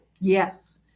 Yes